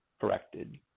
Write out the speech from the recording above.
corrected